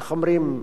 איך אומרים,